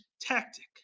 tactic